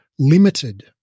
limited